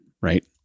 right